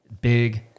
Big